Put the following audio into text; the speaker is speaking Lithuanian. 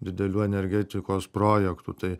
didelių energetikos projektų tai